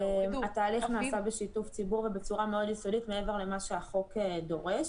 התהליך נעשה בשיתוף הציבור ובצורה מאוד יסודית מעבר למה שהחוק דורש.